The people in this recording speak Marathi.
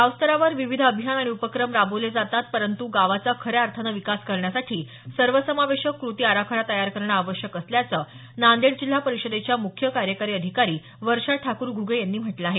गावस्तरावर विविध अभियान आणि उपक्रम राबविले जातात परंतू गावांचा खऱ्या अर्थाने विकास करण्यासाठी सर्वसमावेशक कृती आराखडा तयार करणं आवश्यक असल्याचं नांदेड जिल्हा परिषदेच्या मुख्य कार्यकारी अधिकारी वर्षा ठाकूर घुगे यांनी म्हटलं आहे